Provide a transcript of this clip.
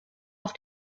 auf